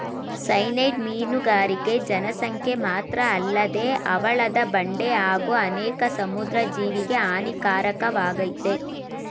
cyanide ಮೀನುಗಾರಿಕೆ ಜನಸಂಖ್ಯೆ ಮಾತ್ರಅಲ್ಲದೆ ಹವಳದ ಬಂಡೆ ಹಾಗೂ ಅನೇಕ ಸಮುದ್ರ ಜೀವಿಗೆ ಹಾನಿಕಾರಕವಾಗಯ್ತೆ